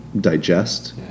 digest